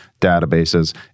databases